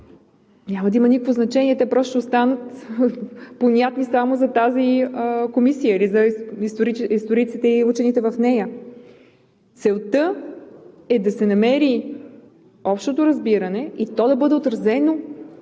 няма да има никакво значение. Те просто ще останат понятни само за тази комисия или за историците и учените в нея. Целта е да се намери общото разбиране и то да бъде отразено,